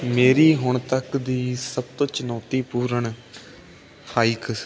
ਮੇਰੀ ਹੁਣ ਤੱਕ ਦੀ ਸਭ ਤੋਂ ਚਣੌਤੀਪੂਰਨ ਹਾਈਕਸ